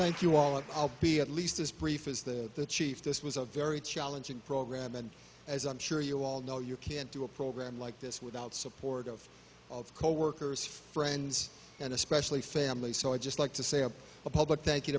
thank you all and i'll be at least as brief is that the chief this was a very challenging program and as i'm sure you all know you can't do a program like this without support of of coworkers friends and especially family so i'd just like to say i'm a public thank you